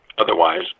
Otherwise